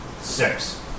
Six